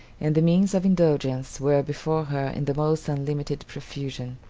and the means of indulgence were before her in the most unlimited profusion.